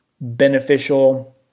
beneficial